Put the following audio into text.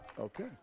Okay